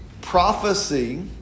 Prophecy